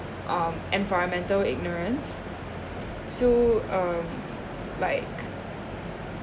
um environmental ignorance so um like